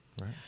Right